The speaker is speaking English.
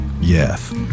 Yes